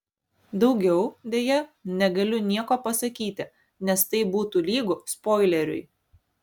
daugiau deja negaliu nieko pasakyti nes tai būtų lygu spoileriui